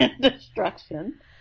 destruction